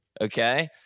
okay